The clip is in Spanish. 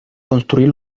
construir